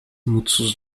mutsuz